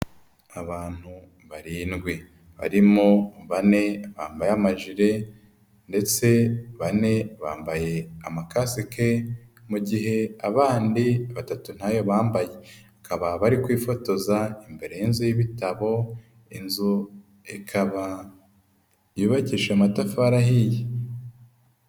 Abantu barindwi, barimo bane bambaye amajire, ndetse bane bambaye amakasike, mu gihe abandi batatu ntayo bambaye. Bakaba bari kwifotoza imbere y'inzu y'ibitabo, inzu ikaba yubakishije amatafari ahiye.